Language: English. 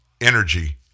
energy